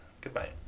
Goodbye